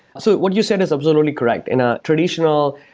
so what you said is absolutely correct. in a traditional,